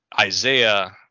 Isaiah